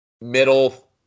middle